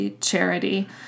charity